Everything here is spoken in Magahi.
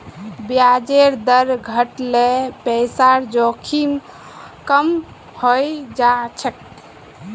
ब्याजेर दर घट ल पैसार जोखिम कम हइ जा छेक